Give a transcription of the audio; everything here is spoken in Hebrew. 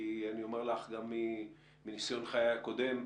כי אני אומר לך גם מניסיון חיי הקודם,